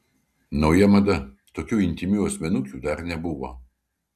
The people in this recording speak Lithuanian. nauja mada tokių intymių asmenukių dar nebuvo